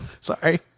Sorry